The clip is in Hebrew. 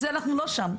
אנחנו לא שם.